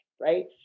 right